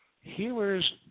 Healers